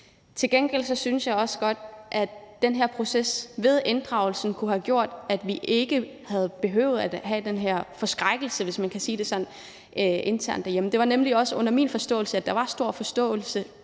Til gengæld synes jeg også, at en inddragelse i den her proces kunne have gjort, at vi ikke havde behøvet at opleve den forskrækkelse – hvis man kan sige det sådan – der opstod derhjemme. Det var nemlig også min opfattelse, at der var stor forståelse